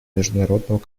международного